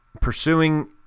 pursuing